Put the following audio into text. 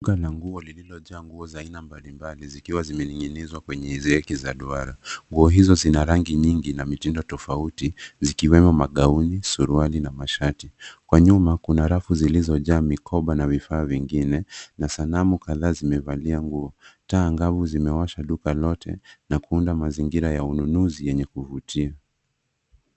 Duka la nguo lililojaa nguo za aina mbalimbali zikiwa zimeninginizwa kwenye zegi za duara , nguo hizo zina rangi nyingi na mitindo tofauti zikiwemo magauni, suruali na masharti, kwa nyuma kuna rafu zilizojaa mikoba na vifaa vingine na sanamu kadhaa zimevalia nguo taa angavu zimewasha duka lote na kuunda mazingira ya ununuzi yenye kuvutia.